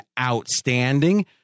outstanding